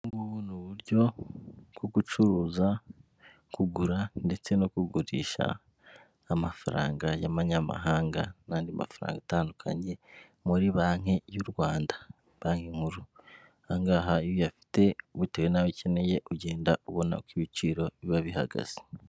Ubu ngubu ni uburyo bwo gucuruza, kugura ndetse no kugurisha amafaranga y'amanyamahanga n'andi mafaranga atandukanye muri banki y'u Rwanda, banki nkuru, aha ngaha iyo uyafite bitewe n'ayo ikeneye, ugenda ubona uko ibiciro biba bihagaze.